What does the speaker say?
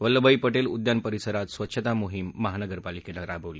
वल्लभभाई पटेल उद्यान परिसरात स्वच्छता मोहीम महानगरपालिकेनं राबवली